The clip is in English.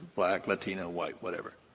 black, latino, white, whatever.